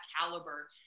caliber